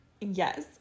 Yes